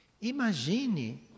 Imagine